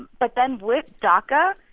but then with daca,